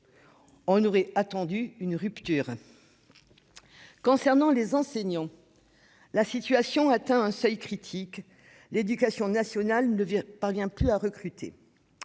attendions donc une rupture. Concernant les enseignants, la situation atteint un seuil critique, car l'éducation nationale ne parvient plus à recruter.